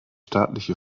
staatliche